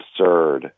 absurd